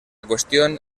cuestión